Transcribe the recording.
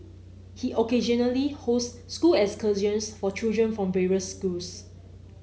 he occasionally hosts school excursions for children from various schools